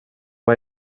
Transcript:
vad